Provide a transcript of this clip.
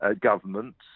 governments